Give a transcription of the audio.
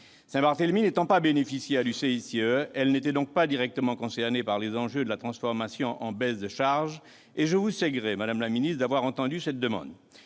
Saint-Barthélemy n'est pas bénéficiaire du CICE : elle n'était donc pas directement concernée par les enjeux de sa transformation en baisse de charges, et je vous sais gré, madame la ministre, d'avoir entendu cette demande.